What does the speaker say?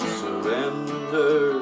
surrender